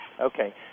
Okay